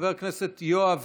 חבר הכנסת יואב